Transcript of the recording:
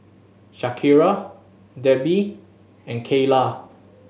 Shakira Debbi and Kyla